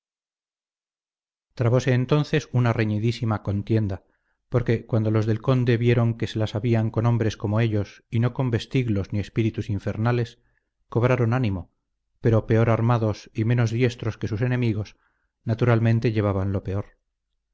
entonces una reñidísima contienda porque cuando los del conde vieron que se las habían con hombres como ellos y no con vestiglos ni espíritus infernales cobraron ánimo pero peor armados y menos diestros que sus enemigos naturalmente llevaban lo peor